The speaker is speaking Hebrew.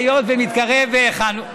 היות שמתקרב חנוכה,